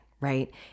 right